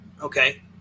okay